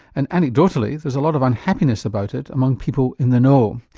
and anecdotally there's a lot of unhappiness about it among people in the know.